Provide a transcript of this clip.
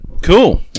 Cool